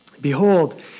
Behold